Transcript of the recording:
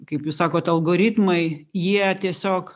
kaip jūs sakot algoritmai jie tiesiog